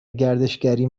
گردشگری